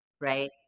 right